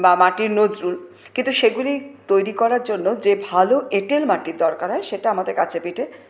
বা মাটির নজরুল কিন্তু সেগুলি তৈরি করার জন্য যে ভালো এঁটেল মাটির দরকার হয় সেটা আমাদের কাছে পিঠে